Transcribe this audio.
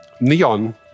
Neon